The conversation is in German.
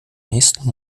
nächsten